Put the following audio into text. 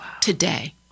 today